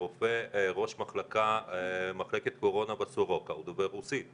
ראש מחלקת קורונה בסורוקה הוא דובר רוסית,